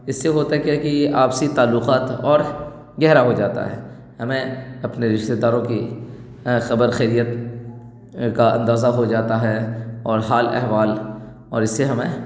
اس سے ہوتا کیا کہ آپسی تعلقات اور گہرا ہو جاتا ہے ہمیں اپنے رشتے داروں کی خبر خیریت کا اندازہ ہو جاتا ہے اور حال احوال اور اس سے ہمیں